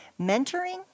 mentoring